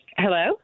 Hello